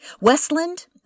Westland